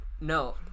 No